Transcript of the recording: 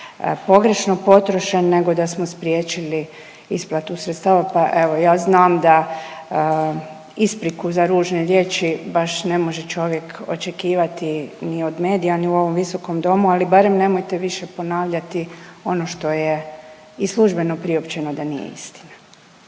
pogrešno potrošen nego da smo spriječili isplatu sredstava, pa evo ja znam da ispriku za ružne riječi baš ne može čovjek očekivati ni od medija ni u ovom visokom domu, ali barem nemojte više ponavljati ono što je i službeno priopćeno da nije istina.